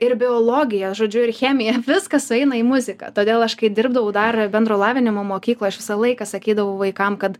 ir biologija žodžiu ir chemija viskas sueina į muziką todėl aš kai dirbdavau dar bendro lavinimo mokykloj aš visą laiką sakydavau vaikam kad